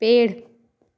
पेड़